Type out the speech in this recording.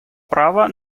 права